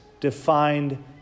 defined